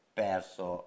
perso